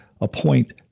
appoint